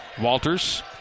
Walters